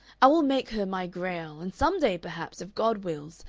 i will make her my grail, and some day, perhaps, if god wills,